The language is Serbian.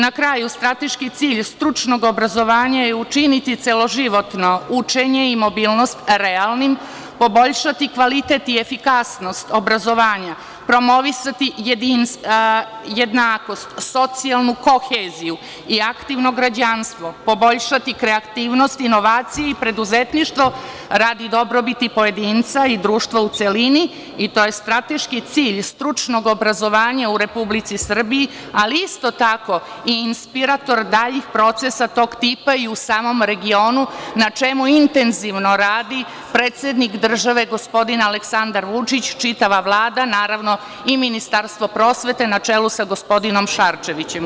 Na kraju, strateški cilj stručnog obrazovanja je učiniti celoživotno učenje i mobilnost realnim, poboljšati kvalitet i efikasnost obrazovanja, promovisati jednakost, socijalnu koheziju i aktivno građanstvo, poboljšati kreativnost inovaciji i preduzetništvo radi dobrobiti pojedinca i društva u celini i to je strateški cilj stručnog obrazovanja u Republici Srbiji, ali isto tako i inspirator daljih procesa tog tipa i u samom regionu, na čemu intenzivno radi predsednik države gospodin Aleksandar Vučić, čitava Vlada, naravno, i Ministarstvo prosvete na čelu sa gospodinom Šarčevićem.